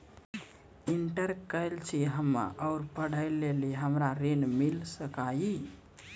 Inter केल छी हम्मे और पढ़े लेली हमरा ऋण मिल सकाई?